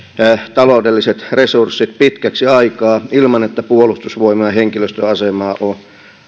taloudelliset resurssit pitkäksi aikaa ilman että puolustusvoimien henkilöstöasemaa on